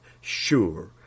sure